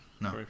No